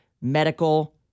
medical